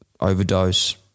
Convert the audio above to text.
overdose